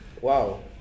Wow